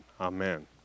amen